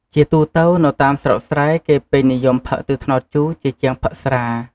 ជាទូទៅនៅតាមស្រុកស្រែ គេពេញនិយមផឹកទឹកត្នោតជូរ ជាជាងផឹកស្រា។